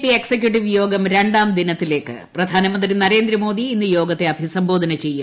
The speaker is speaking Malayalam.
പി എക്സിക്യുട്ടീവ് യോഗം രണ്ടാം ദിനത്തിലേയ്ക്ക് പ്രധാനമന്ത്രി നരേന്ദ്രമോദി ഇന്ന് യോഗത്തെ അഭിസംബോധന ചെയ്യും